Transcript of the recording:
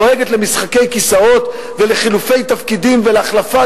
דואגת למשחקי כיסאות ולחילופי תפקידים ולהחלפה